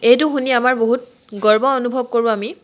এইটো শুনি আমাৰ বহুত গৰ্ব অনুভৱ কৰোঁ আমি